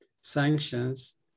sanctions